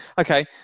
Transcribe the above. Okay